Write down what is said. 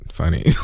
funny